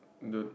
don't